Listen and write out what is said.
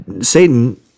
Satan